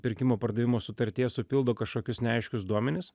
pirkimo pardavimo sutartyje supildo kažkokius neaiškius duomenis